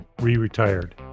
re-retired